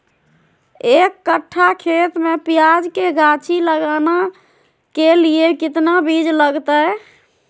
एक कट्ठा खेत में प्याज के गाछी लगाना के लिए कितना बिज लगतय?